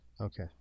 Okay